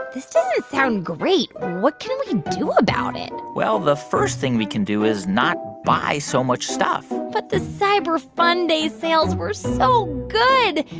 this doesn't sound great. what can we do about it? well, the first thing we can do is not buy so much stuff but the cyber fun day sales were so good.